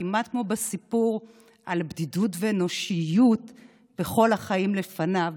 כמעט כמו בסיפור על בדידות ואנושיות ב"כל החיים לפניו",